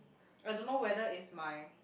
I don't know whether it's my